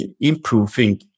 improving